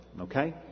Okay